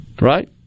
Right